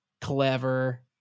clever